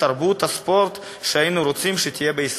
לתרבות הספורט שהיינו רוצים שתהיה בישראל.